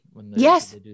Yes